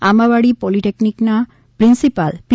આંબાવાડી પોલિટેક્નિકના પ્રિન્સિપાલ પી